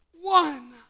one